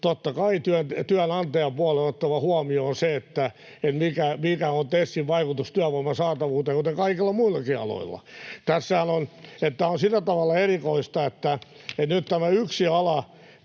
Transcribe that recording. totta kai työnantajapuolen on otettava huomioon se, mikä on TESin vaikutus työvoiman saatavuuteen, kuten kaikilla muillakin aloilla. Tämähän on sillä tavalla erikoista, että nyt tämä yksi ala